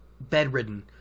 bedridden